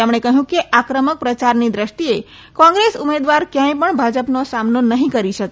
તેમણે કહ્યું કે આક્રમક પ્રચારની દ્રષ્ટીએ કોંગ્રેસ ઉમેદવાર કયાંય પણ ભાજપનો સામનો નહી કરી શકે